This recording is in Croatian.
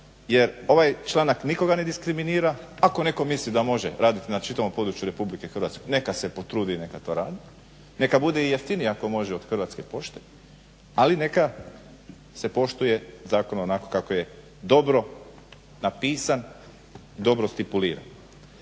Jer ovaj članak nikoga ne diskriminira, ako netko misli da može radit na čitavom području Republike Hrvatske neka se potrudi, neka to radi, neka bude i jeftiniji ako može od Hrvatske pošte ali neka se poštuje zakon onako kako je dobro napisan, dobro stipuliran.